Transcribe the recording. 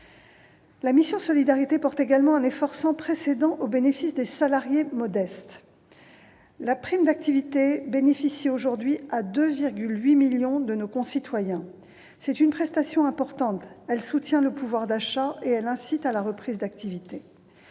La mission « Solidarités » porte également un effort sans précédent au bénéfice des salariés modestes de ce pays. La prime d'activité bénéficie aujourd'hui à 2,8 millions de nos concitoyens. C'est une prestation importante : elle soutient le pouvoir d'achat et incite à la reprise d'activité.